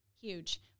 Huge